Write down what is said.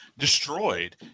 Destroyed